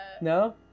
No